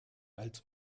als